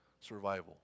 survival